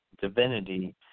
divinity